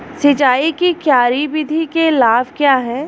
सिंचाई की क्यारी विधि के लाभ क्या हैं?